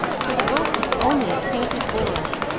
for the boat was only a painted board,